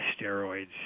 steroids